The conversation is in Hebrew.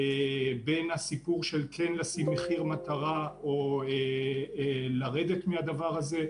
בין הסיפור של כן לשים מחיר מטרה או לרדת מהדבר הזה,